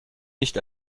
nicht